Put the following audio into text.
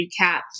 recap